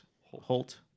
holt